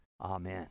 amen